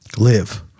live